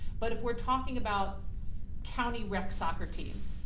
but if we're talking about county rec soccer teams,